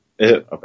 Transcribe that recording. Okay